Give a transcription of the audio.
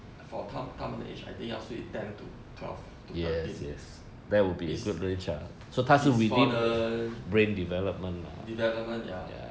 for 她她们的 age I think 要睡 ten to twelve to thirteen is is for the development ya